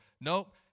Nope